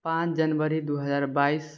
पाँच जनवरी दू हजार बाइस